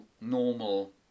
normal